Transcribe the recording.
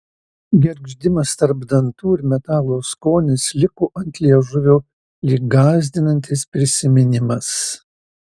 gergždimas tarp dantų ir metalo skonis liko ant liežuvio lyg gąsdinantis prisiminimas